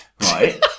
right